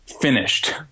finished